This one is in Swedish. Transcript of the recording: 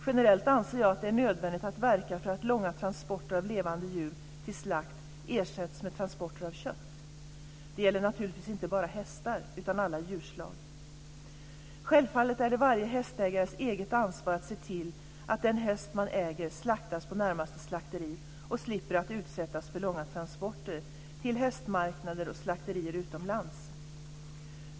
Generellt anser jag att det är nödvändigt att verka för att långa transporter av levande djur till slakt ersätts med transporter av kött. Det gäller naturligtvis inte bara hästar utan alla djurslag. Självfallet är det varje hästägares eget ansvar att se till att den häst man äger slaktas på närmaste slakteri och slipper utsättas för långa transporter till hästmarknader och slakterier utomlands.